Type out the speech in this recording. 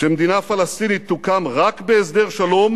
שמדינה פלסטינית תוקם רק בהסדר שלום